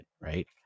right